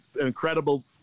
incredible